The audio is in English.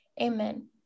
Amen